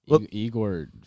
Igor